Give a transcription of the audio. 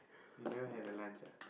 you never have your lunch ah